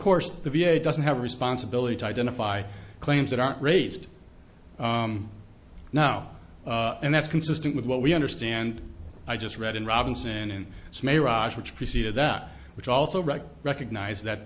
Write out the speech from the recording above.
course the v a doesn't have responsibility to identify claims that aren't raised now and that's consistent with what we understand i just read in robinson and it's may raj which preceded that which i also read recognize that